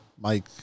mike